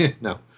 No